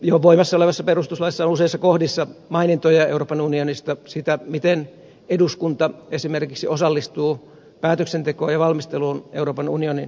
jo voimassa olevassa perustuslaissa on useissa kohdissa mainintoja euroopan unionista siitä miten eduskunta esimerkiksi osallistuu päätöksentekoon ja valmisteluun euroopan unionin käsittelemissä asioissa